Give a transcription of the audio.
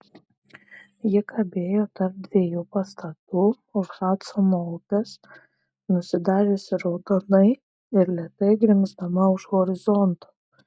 ji kabėjo tarp dviejų pastatų už hadsono upės nusidažiusi raudonai ir lėtai grimzdama už horizonto